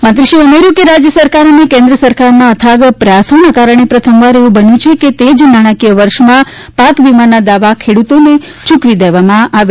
મંત્રીશ્રીએ વધુમાં ઉમેર્યુ કે રાજ્ય સરકાર અને કેન્દ્ર સરકારના અથાગ પ્રયત્નોને કારણે પ્રથમવાર એવું બન્યું છે કે તે જ નાણાકીય વર્ષમાં પાક વિમાના દાવા ખેડૂતોને યૂકવી દેવામાં આવ્યા